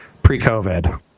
pre-covid